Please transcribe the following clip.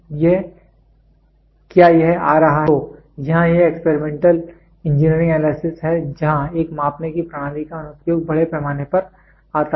तो यहां यह एक्सपेरिमेंटल इंजीनियरिंग एनालिसिस है जहां एक मापने की प्रणाली का अनु प्रयोग बड़े पैमाने पर आता है